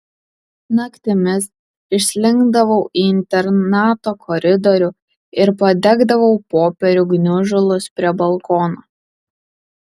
naktimis išslinkdavau į internato koridorių ir padegdavau popierių gniužulus prie balkono